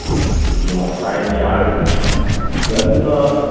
ꯎꯝ ꯀꯤꯂꯣꯃꯈꯥꯏ ꯑꯃꯅ ꯌꯥꯔꯅꯤ ꯑꯦ ꯑꯗꯨꯅ